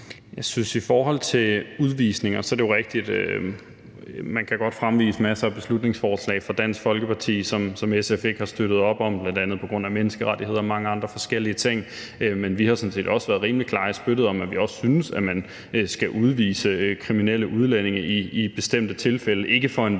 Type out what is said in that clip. fra Dansk Folkepartis side godt kan fremvise en masse beslutningsforslag, som SF ikke har støttet op om, bl.a. på grund af menneskerettighederne og mange andre forskellige ting. Men vi har sådan set også været rimelig klare i spyttet om, at vi også synes, at man skal udvise kriminelle udlændinge i bestemte tilfælde